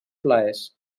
plaers